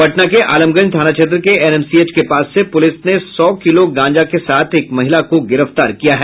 पटना के आलमगंज थाना क्षेत्र के एनएमसीएच के पास से पुलिस ने सौ किलो गांजे के साथ एक महिला को गिरफ्तार किया है